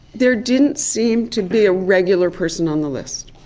there didn't seem to be a regular person on the list.